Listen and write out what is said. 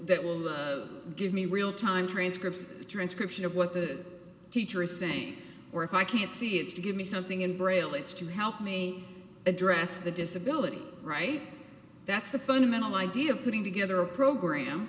that will give me real time transcript transcription of what the teacher is saying or if i can't see it's to give me something in braille it's to help me address the disability right that's the fundamental idea of putting together a program